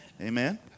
amen